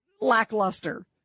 lackluster